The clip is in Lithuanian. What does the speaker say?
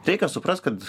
tai kas supras kad